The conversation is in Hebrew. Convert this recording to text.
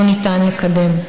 לא ניתן לקדם.